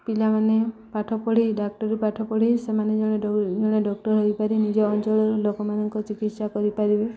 ପିଲାମାନେ ପାଠ ପଢ଼େଇ ଡ଼ାକ୍ଟରୀ ପାଠ ପଢ଼େଇ ସେମାନେ ଜଣେ ଜଣେ ଡ଼କ୍ଟର୍ ହୋଇପାରି ନିଜ ଅଞ୍ଚଳରୁ ଲୋକମାନଙ୍କ ଚିକିତ୍ସା କରିପାରିବେ